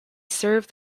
serve